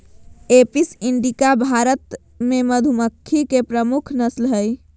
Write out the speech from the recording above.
Apis indica Bharat मे मधुमक्खी के प्रमुख नस्ल हय